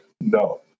no